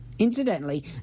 Incidentally